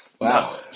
Wow